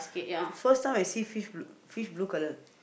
first time I see fish bl~ fish blue color